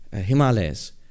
Himalayas